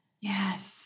Yes